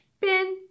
Bin